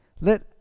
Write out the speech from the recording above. Let